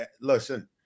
listen